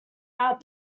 out